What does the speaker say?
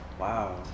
Wow